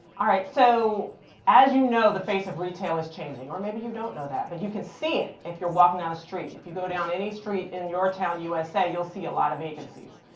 so as you know, the face of retail is changing, or maybe you don't know that, but you can see it if you're walking down the street. if you go down any street in your town, usa, you'll see a lot of vacancies.